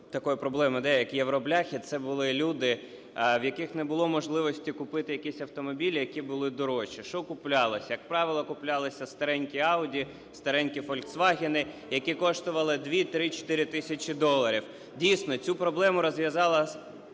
такою проблемою як "євробляхи". Це були люди в яких не було можливості купити якісь автомобілі, які були дорожчі. Що куплялось? Як правило, куплялися старенькі "Aуді", старенькі "Фольксвагени", які коштували 2, 3, 4 тисячі доларів. Дійсно, цю проблему розв'язала